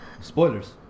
spoilers